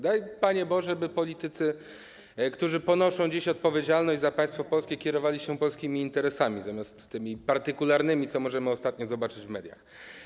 Daj, Panie Boże, by politycy, którzy ponoszą dziś odpowiedzialność za państwo polskie, kierowali się polskimi interesami, zamiast tymi partykularnymi, co możemy ostatnio zobaczyć w mediach.